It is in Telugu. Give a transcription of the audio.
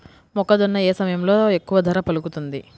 మొక్కజొన్న ఏ సమయంలో ఎక్కువ ధర పలుకుతుంది?